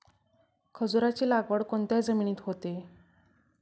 खजूराची लागवड कोणत्या जमिनीत होते?